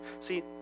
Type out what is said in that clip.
See